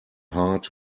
heart